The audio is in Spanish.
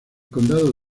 condado